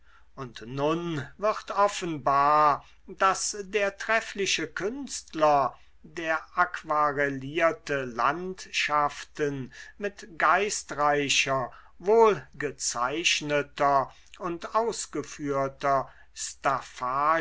und nun wird offenbar daß der treffliche künstler der aquarellierte landschaften mit geistreicher wohl gezeichneter und ausgeführter